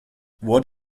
what